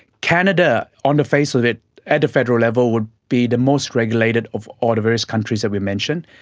canada on the face of it at the federal level would be the most regulated of all the various countries that we mention,